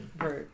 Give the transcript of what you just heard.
Right